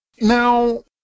Now